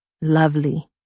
Lovely